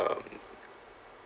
um